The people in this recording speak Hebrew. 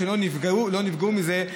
שלא ייפגעו מזה.